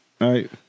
Right